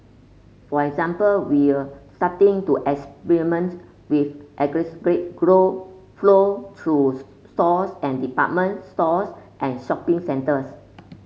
for example we're starting to experiments with aggregated glow flow through stores and department stores and shopping centres